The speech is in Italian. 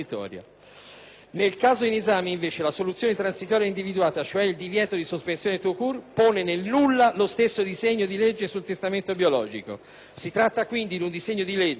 Nel caso in esame, invece, la soluzione transitoria individuata (cioè il divieto di sospensione *tout court*) pone nel nulla lo stesso disegno di legge sul testamento biologico. Si tratta, quindi, di un disegno di legge